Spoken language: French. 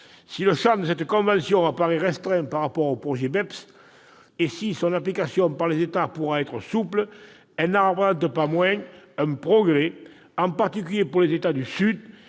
si le champ de cette convention apparaît restreint par rapport au projet BEPS et si son application par les États pourra être souple, elle n'en représente pas moins un progrès, en particulier pour des États du Sud,